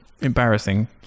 embarrassing